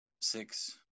six